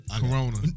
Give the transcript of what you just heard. Corona